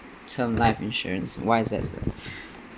term life insurance why is that so